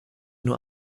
nur